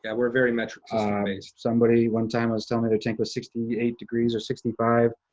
yeah, we're very metrics-based. somebody one time was telling me their tank was sixty eight degrees or sixty five.